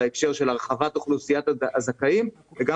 בהקשר של הרחבת אוכלוסיית הזכאים וגם